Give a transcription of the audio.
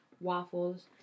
waffles